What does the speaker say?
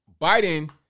Biden